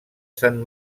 sant